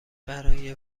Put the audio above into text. برای